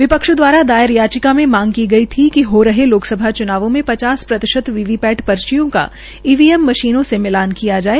विपक्ष दवारा दायर याचिका में मांग की गई थी कि हो रहे लोक लोकसभा च्नावों में पचास प्रतिशत वीवीपैट पर्चियों का ईवीएम मशीनों से मिलान किया जाये